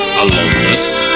aloneness